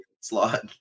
slot